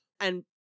and-